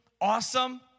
awesome